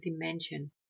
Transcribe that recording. dimension